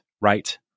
right